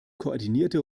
koordinierte